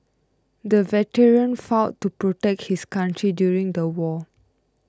the veteran fought to protect his country during the war